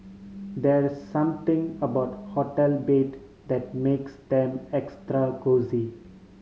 there's something about hotel bed that makes them extra cosy